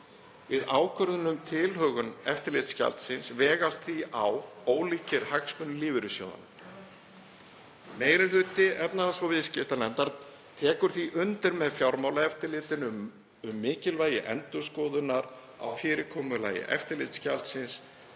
Við ákvörðun um tilhögun eftirlitsgjaldsins vegast því á ólíkir hagsmunir lífeyrissjóðanna. Meiri hluti efnahags- og viðskiptanefndar tekur því undir með Fjármálaeftirlitinu um mikilvægi endurskoðunar á fyrirkomulagi eftirlitsgjaldsins